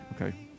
okay